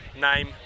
name